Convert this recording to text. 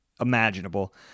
imaginable